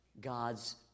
God's